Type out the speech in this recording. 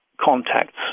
contacts